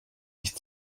mich